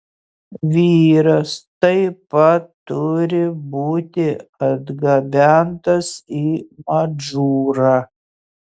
vyras taip pat turi būti atgabentas į madžūrą